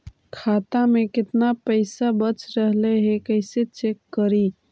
खाता में केतना पैसा बच रहले हे कैसे चेक करी?